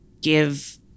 give